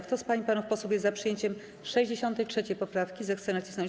Kto z pań i panów posłów jest za przyjęciem 63. poprawki, zechce nacisnąć